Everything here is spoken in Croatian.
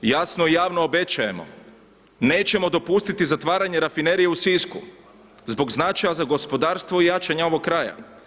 Jasno i javno obećajemo, nećemo dopustiti zatvaranje Rafinerije u Sisku zbog značaja za gospodarstvo i jačanja ovog kraja.